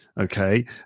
okay